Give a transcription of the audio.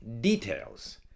details